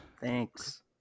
Thanks